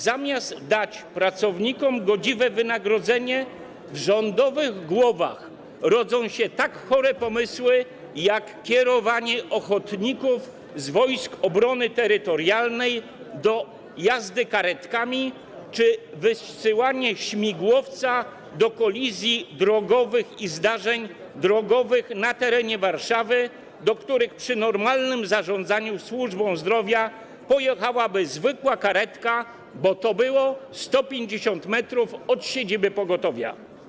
Zamiast dać pracownikom godziwe wynagrodzenie, w rządowych głowach rodzą się tak chore pomysły jak kierowanie ochotników z Wojsk Obrony Terytorialnej do jazdy karetkami czy wysyłanie śmigłowca do kolizji drogowych i zdarzeń drogowych na terenie Warszawy, do których przy normalnym zarządzaniu służbą zdrowia pojechałaby zwykła karetka, bo to było 150 m od siedziby pogotowia.